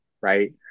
right